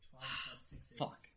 Fuck